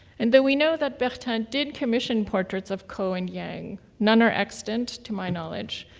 and though we know that bertin did commission portraits of ko and yang, none are extant to my knowledge.